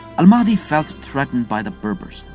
al-mahdi felt threatened by the berbers.